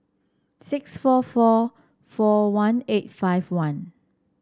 six four four four one eight five one